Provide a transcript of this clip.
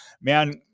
Man